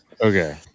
Okay